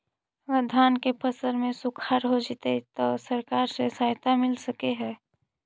अगर धान के फ़सल में सुखाड़ होजितै त सरकार से सहायता मिल सके हे?